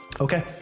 Okay